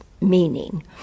meaning